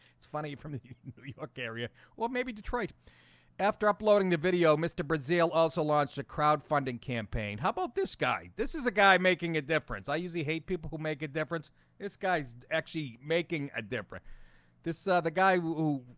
it's funny from you know area well, maybe detroit after uploading the video. mr. brazil also launched a crowdfunding campaign. how about this guy? this is a guy making a difference. i usually hate people who make a difference this guy's actually making a different this ah the guy who,